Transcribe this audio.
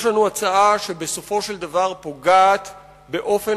יש לנו הצעה שבסופו של דבר פוגעת באופן